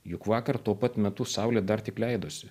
juk vakar tuo pat metu saulė dar tik leidosi